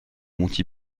monty